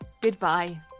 goodbye